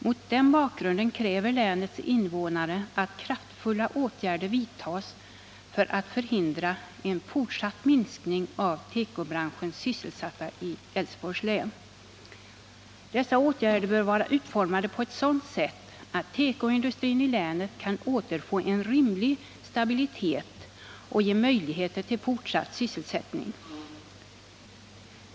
Mot den bakgrunden kräver länets invånare att kraftfulla åtgärder vidtas för att förhindra en fortsatt minskning av antalet sysselsatta inom tekobranschen i Älvsborgs län. Dessa åtgärder bör vara utformade på ett sådant sätt att tekoindustrin i länet kan återfå en rimlig stabilitet och ge möjligheter till fortsatt sysselsättning.